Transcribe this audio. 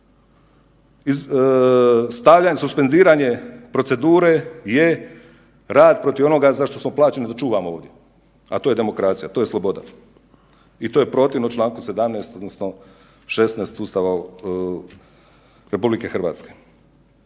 prečice. Suspendiranje procedure je rad protiv onoga za što smo plaćeni da čuvamo ovdje, a to je demokracija, to je sloboda i to je protivno čl. 17. odnosno 16. Ustava RH.